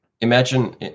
imagine